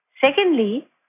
Secondly